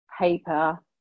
paper